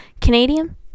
Canadian